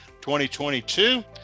2022